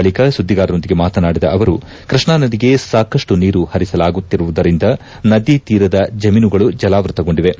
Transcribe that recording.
ಬಳಿಕ ಸುದ್ದಿಗಾರರೊಂದಿಗೆ ಮಾತನಾಡಿದ ಅವರು ಕೃಷ್ಣಾ ನದಿಗೆ ಸಾಕಷ್ಟು ನೀರು ಪರಿಸಲಾಗುತ್ತಿರುವುದರಿಂದ ನದಿ ತೀರದ ಜಮೀನುಗಳು ಜಲಾವೃತಗೊಂಡಿವೆ